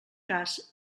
cas